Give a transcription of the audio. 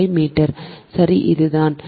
0075 metre சரி இது இதுதான்